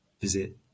visit